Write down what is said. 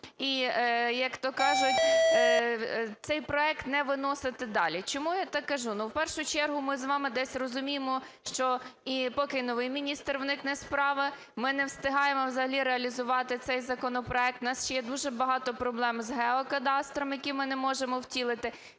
і, як-то кажуть, цей проект не виносити далі. Чому я так кажу? Ну, в першу чергу, ми з вами десь розуміємо, що і поки новий міністр вникне в справи, ми не встигаємо взагалі реалізувати цей законопроект. У нас ще є дуже багато проблем з геокадастрами, які ми не можемо втілити.